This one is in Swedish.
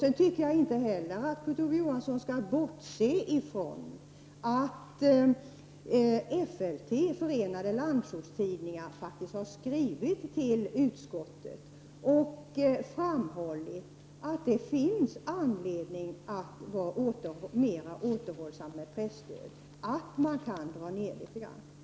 Jag tycker inte heller Kurt Ove Johansson skall bortse ifrån att FLT, Förenade landsortstidningar, faktiskt har skrivit till utskottet och framhållit att det finns anledning att vara mer återhållsam med presstödet, att man kan dra ner litet.